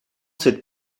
cette